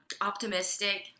optimistic